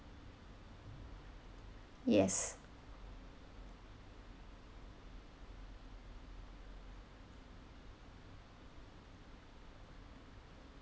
yes